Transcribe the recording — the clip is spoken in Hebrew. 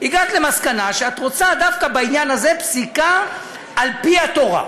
הגעת למסקנה שאת רוצה בעניין הזה רק פסיקה על-פי התורה.